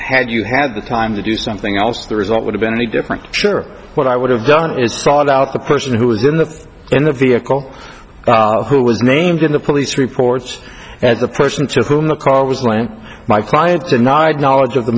had you had the time to do something else the result would have been any different sure what i would have done is sought out the person who was in the in the vehicle who was named in the police reports as the person to whom the call was land my client denied knowledge of the